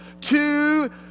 two